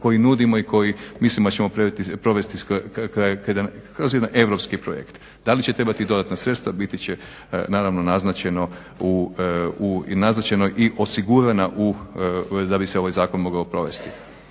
koji nudimo i koji mislimo da ćemo provesti kroz jedan europski projekt. Da li će trebati dodatna sredstva biti će naravno naznačeno i osigurana u da bi se ovaj zakon mogao provesti.